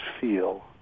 feel